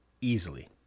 easily